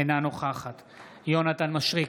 אינה נוכחת יונתן מישרקי,